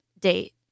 date